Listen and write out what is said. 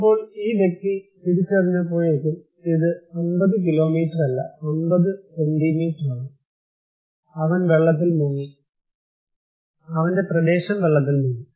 അപ്പോൾ ഈ വ്യക്തി തിരിച്ചറിഞ്ഞപ്പോഴേക്കും ഇത് 50 കിലോമീറ്ററല്ല 50 സെന്റിമീറ്ററാണ് അവൻ വെള്ളത്തിൽ മുങ്ങി അവന്റെ പ്രദേശം വെള്ളത്തിൽ മുങ്ങി